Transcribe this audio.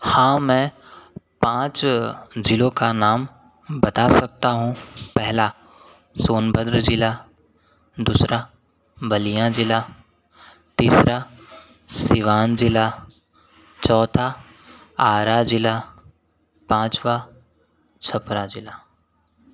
हाँ मैं पाँच जिलों का नाम बता सकता हूँ पहला सोनभद्र जिला दूसरा बलिया तीसरा सीवान जिला चौथा आरा जिला पाँचवां छपरा जिला